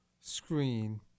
screen